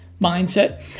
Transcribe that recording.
Mindset